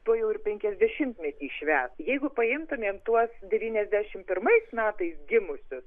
tuojau ir penkiasdešimtmetį švęs jeigu paimtumėm tuos devyniasdešimt pirmais metais gimusius